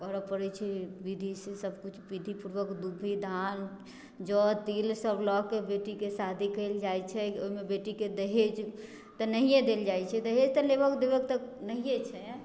करऽ पड़ैत छै विधि से सब किछु विधि पूर्वक दूभी धान जौ तिल सब लएके बेटीके शादी कयल जाइत छै ओहिमे बेटीके दहेज तऽ नहिए देल जाइत छै दहेज तऽ लेबऽ देबऽके तऽ नहिए छै